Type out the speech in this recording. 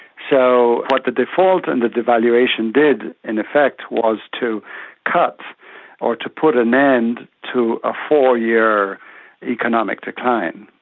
so what the default and the devaluation did in effect was to cut or to put an end to a four-year economic decline.